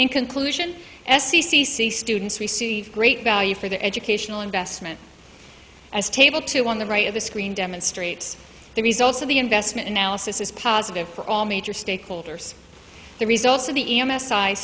in conclusion s e c c students receive great value for their educational investment as table two on the right of the screen demonstrates the results of the investment analysis is positive for all major stakeholders the results of the